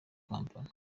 kampala